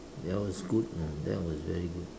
ya was good you know that was very good